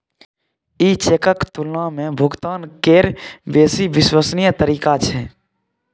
ई चेकक तुलना मे भुगतान केर बेसी विश्वसनीय तरीका छै